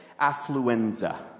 Affluenza